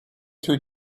two